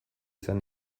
izan